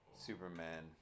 Superman